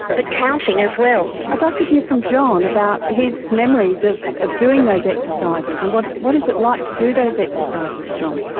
but counting as well. i'd like to hear from john about his memories of of doing those exercises. and what what is it like to do those exercises, john?